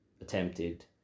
attempted